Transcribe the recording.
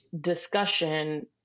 discussion